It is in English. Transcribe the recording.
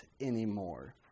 anymore